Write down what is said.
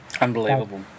Unbelievable